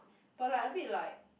but like a bit like